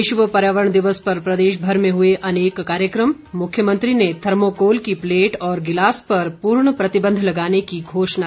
विश्व पर्यावरण दिवस पर प्रदेश भर में हुए अनेक कार्यक्रम मुख्यमंत्री ने थर्मोकोल की प्लेट व गिलास पर पूर्ण प्रतिबंध लगाने की की घोषणा